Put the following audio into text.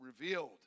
revealed